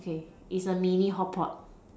okay it's a mini hot pot